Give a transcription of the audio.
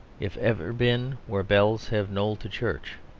if ever been where bells have knolled to church,